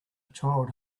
child